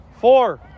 Four